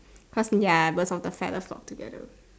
cause ya cause of the feather altogether